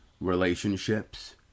relationships